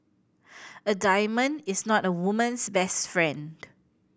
a diamond is not a woman's best friend